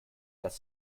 dass